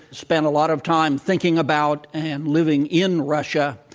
spent a lot of time thinking about and living in russia.